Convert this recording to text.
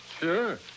Sure